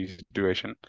situation